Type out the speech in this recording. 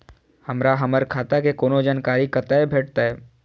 हमरा हमर खाता के कोनो जानकारी कतै भेटतै?